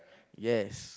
yes